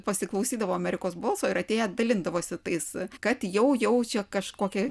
pasiklausydavo amerikos balso ir atėję dalindavosi tais kad jau jau čia kažkokia